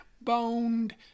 boned